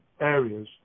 areas